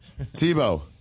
Tebow